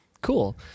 Cool